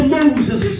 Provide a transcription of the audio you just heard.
Moses